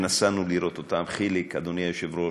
שנסענו לראות אותם, חיליק, אדוני היושב-ראש,